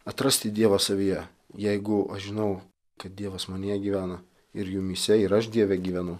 atrasti dievą savyje jeigu aš žinau kad dievas manyje gyvena ir jumyse ir aš dieve gyvenu